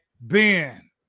Ben